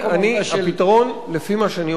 הפתרון לפי מה שאני אומר הוא אותה חבילה,